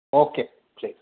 अके दे